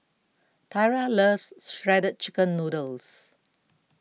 Tyra loves Shredded Chicken Noodles